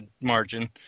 margin